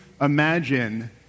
imagine